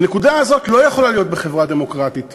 והנקודה הזאת לא יכולה להיות בחברה דמוקרטית.